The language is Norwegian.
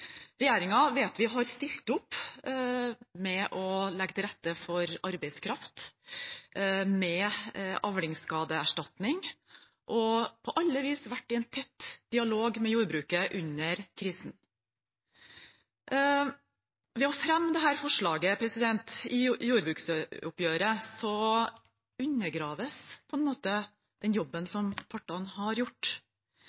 Vi vet at regjeringen har stilt opp med å legge til rette for arbeidskraft, med avlingsskadeerstatning og på alle vis vært i en tett dialog med jordbruket under krisen. Ved å fremme dette forslaget i forbindelse med jordbruksoppgjøret undergraves på en måte den jobben